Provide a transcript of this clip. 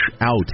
out